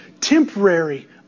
temporary